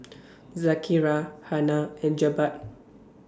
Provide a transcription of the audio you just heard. Zakaria Hana and Jebat